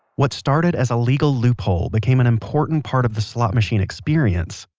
what started as a legal loophole became an important part of the slot machine experience.